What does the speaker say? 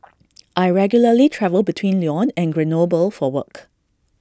I regularly travel between Lyon and Grenoble for work